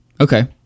Okay